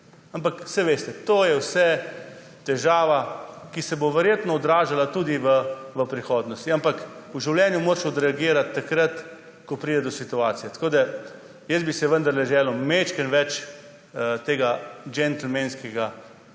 Ampak saj veste, to je vse težava, ki se bo verjetno odražala tudi v prihodnosti. Ampak v življenju moraš odreagirati takrat, ko pride do situacije. Jaz bi si vendarle želel malo več džentelmenskega